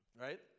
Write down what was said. right